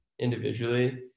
individually